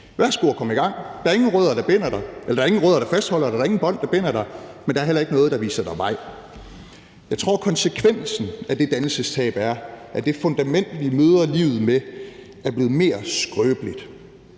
Værsgo at komme i gang. Der er ingen rødder, der fastholder dig, og der er ingen bånd, der binder dig, men der er heller ikke noget, der viser dig vej. Jeg tror, at konsekvensen af det dannelsestab er, at det fundament, vi møder livet med, er blevet mere skrøbeligt